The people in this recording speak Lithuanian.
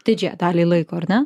didžiąją dalį laiko ar ne